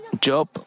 Job